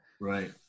right